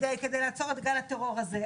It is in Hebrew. כדי לעצור את גל הטרור הזה,